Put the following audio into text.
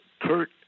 Kurt